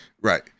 Right